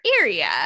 area